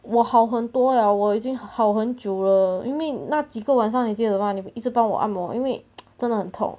我好很多 liao 我已经好很久了因为那几个晚上你记得的话你一直帮我按摩因为 真的很痛